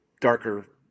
darker